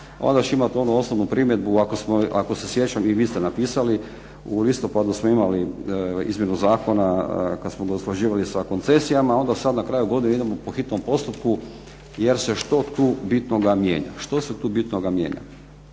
Onda ćemo imati onu osnovnu primjedbu, ako se sjećam i vi ste napisali, u listopadu smo imali izmjenu zakona, kad smo ga usklađivali sa koncesijama, onda sad na kraju godine idemo po hitnom postupku jer se što tu bitnoga mijenja. Što se tu bitnoga mijenja?